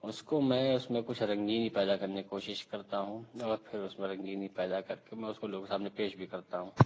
اس کو میں اس میں کچھ رنگینی پیدا کرنے کی کوشش کرتا ہوں اور پھر اس میں رنگینی پیدا کر کے میں اس کو لوگوں کے سامنے پیش بھی کرتا ہوں